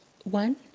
One